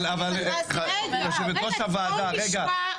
בואו נשמע.